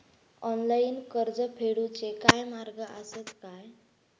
Online कर्ज फेडूचे काय मार्ग आसत काय?